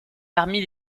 parmi